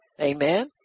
Amen